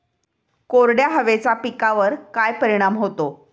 कोरड्या हवेचा पिकावर काय परिणाम होतो?